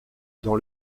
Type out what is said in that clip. dans